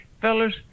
fellas